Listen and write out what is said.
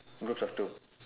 groups of two